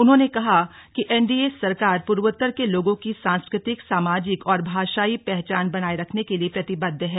उन्होंने कहा कि एनडीए सरकार पूर्वोत्तर के लोगों की सांस्कृतिक सामाजिक और भाषायी पहचान बनाये रखने के लिए प्रतिबद्ध है